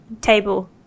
table